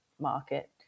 market